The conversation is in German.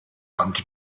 amt